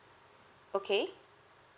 okay